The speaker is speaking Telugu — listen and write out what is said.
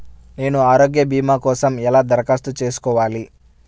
నేను ఆరోగ్య భీమా కోసం ఎలా దరఖాస్తు చేసుకోవాలి?